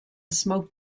smoke